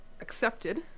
accepted